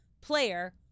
player